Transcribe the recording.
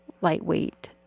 lightweight